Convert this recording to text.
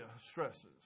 stresses